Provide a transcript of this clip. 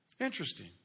Interesting